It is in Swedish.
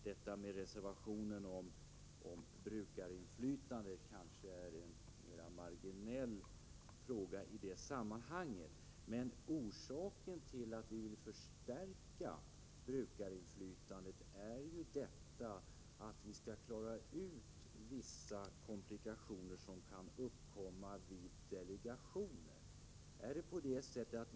Detta med reservationen om brukarinflytande kanske är en mera marginell fråga i sammanhanget. Orsaken till att vi vill förstärka brukarinflytandet är ju att vi skall klara ut vissa komplikationer som kan uppkomma vid delegationer.